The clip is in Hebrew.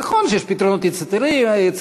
נכון שיש פתרונות יצירתיים,